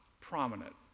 prominent